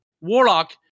Warlock